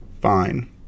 fine